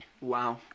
Wow